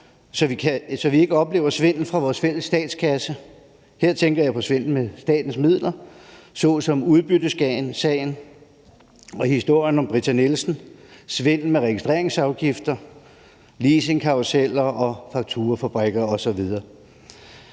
så vi ikke oplever svindel over for vores fælles statskasse, og her tænker jeg på svindel med statens midler som i udbytteskattesagen og historien om Britta Nielsen, svindel med registreringsafgifter, leasingkarruseller, fakturafabrikker osv.